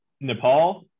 Nepal